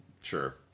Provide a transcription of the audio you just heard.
Sure